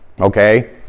Okay